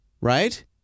right